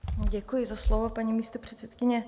Děkuji za slovo, paní místopředsedkyně.